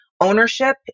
ownership